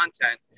content